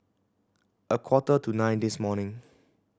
a quarter to nine this morning